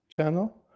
channel